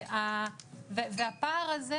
והפער הזה,